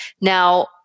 Now